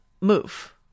move